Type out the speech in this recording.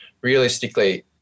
realistically